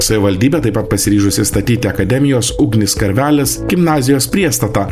savivaldybė taip pat pasiryžusi statyti akademijos ugnis karvelis gimnazijos priestatą